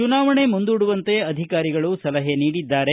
ಚುನಾವಣೆ ಮುಂದೂಡುವಂತೆ ಅಧಿಕಾರಿಗಳು ಸಲಹೆ ನೀಡಿದ್ದಾರೆ